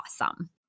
awesome